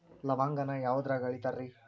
ಲವಂಗಾನ ಯಾವುದ್ರಾಗ ಅಳಿತಾರ್ ರೇ?